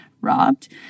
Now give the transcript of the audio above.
robbed